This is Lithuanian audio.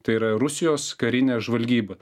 tai yra rusijos karinę žvalgybą